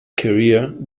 career